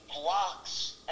blocks